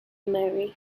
marry